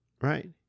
right